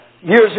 Years